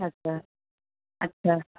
अछा अछा